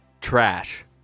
Trash